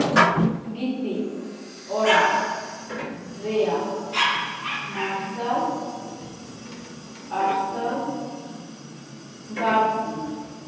ᱜᱤᱛᱤᱡ ᱚᱲᱟᱜ ᱨᱮᱭᱟᱜ ᱢᱟᱨᱥᱟᱞ ᱟᱨᱥᱟᱞ ᱵᱟᱹᱲᱛᱤ